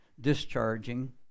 discharging